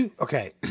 Okay